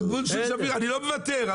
אני לא מוותר.